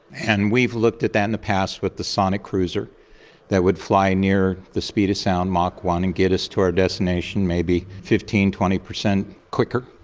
and we've looked at that in the past with the sonic cruiser that would fly near the speed of sound, mach one, and get us to our destination, maybe fifteen percent, twenty percent quicker.